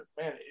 man